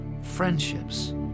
friendships